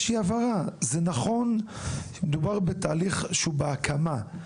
נכון שמדובר בתהליך שהוא בהקמה,